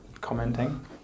commenting